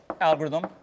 algorithm